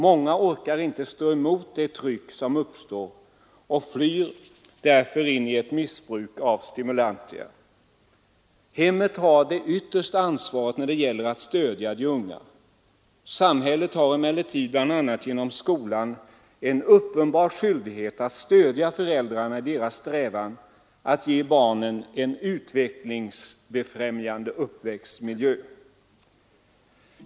Många orkar inte stå emot det tryck som uppstår och flyr därför in i ett missbruk av stimulantia. Hemmet har det yttersta ansvaret när det gäller att stödja de unga. Samhället har emellertid bl.a. genom skolan en uppenbar skyldighet att stödja föräldrarna i deras strävan att ge barnen en utvecklingsbefrämjande uppväxtmiljö.